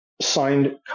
signed